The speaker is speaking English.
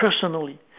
personally